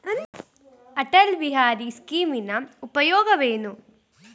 ಅಟಲ್ ಬಿಹಾರಿ ಸ್ಕೀಮಿನ ಉಪಯೋಗವೇನು?